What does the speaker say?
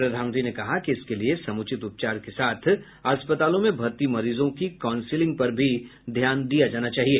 प्रधानमंत्री ने कहा कि इसके लिए समुचित उपचार के साथ अस्पतालों में भर्ती मरीजों की काउंसिलिंग पर भी ध्यान दिया जाना चाहिए